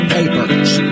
Papers